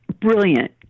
brilliant